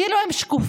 כאילו הם שקופים.